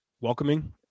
welcoming